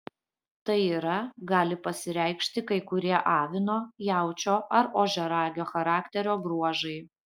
tai yra gali pasireikšti kai kurie avino jaučio ar ožiaragio charakterio bruožai